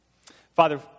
Father